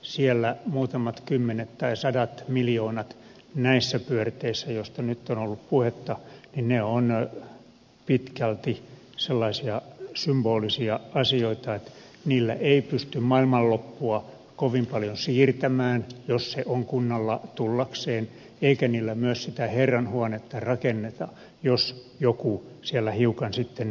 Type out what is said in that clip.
siellä muutamat kymmenet tai sadat miljoonat näissä pyörteissä joista nyt on ollut puhetta ovat pitkälti sellaisia symbolisia asioita että niillä ei pysty maailmanloppua kovin paljon siirtämään jos se on kunnalla tullakseen eikä niillä myöskään sitä herran huonetta rakenneta jos joku siellä hiukan sitten nettoaa